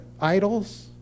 idols